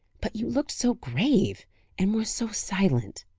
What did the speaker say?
but you looked so grave and were so silent.